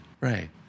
Right